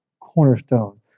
cornerstone